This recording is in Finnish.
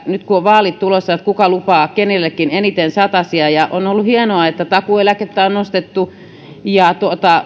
nyt kun on vaalit tulossa puhutaan paljon siitä kuka lupaa kenellekin eniten satasia ja on ollut hienoa että takuueläkettä on nostettu